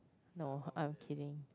no I'm kidding